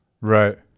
Right